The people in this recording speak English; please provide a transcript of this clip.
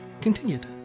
continued